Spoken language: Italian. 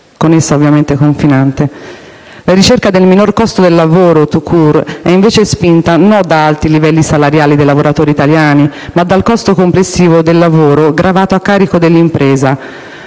con esso confinante. La ricerca del minor costo del lavoro *tout court* è invece spinta non dagli alti livelli salariali dei lavoratori italiani, ma dal costo complessivo del lavoro gravato a carico dell'impresa